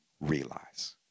realize